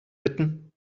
bitten